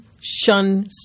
shun